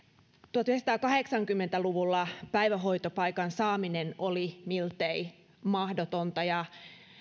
tuhatyhdeksänsataakahdeksankymmentä luvulla päivähoitopaikan saaminen oli miltei mahdotonta ja